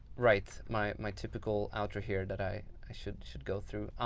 right. my my typical outro here that i i should should go through.